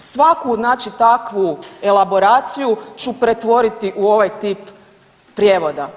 Svaku znači takvu elaboraciju ću pretvoriti u ovaj tip prijevoda.